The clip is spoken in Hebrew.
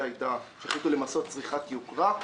כשהחליטו למסות צריכת יוקרה.